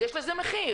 אז יש לזה מחיר.